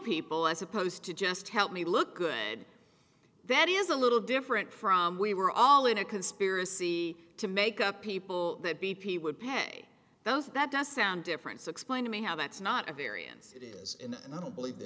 people as opposed to just help me look good that is a little different from we were all in a conspiracy to make up people that b p would pay those that does sound different so explain to me how that's not a variance it is in and i don't believe the